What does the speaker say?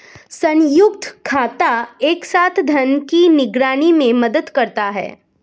संयुक्त खाता एक साथ धन की निगरानी में मदद करता है